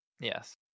Yes